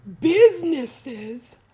businesses